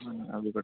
అది ఒకటి